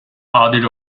adil